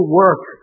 work